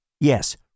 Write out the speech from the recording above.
Yes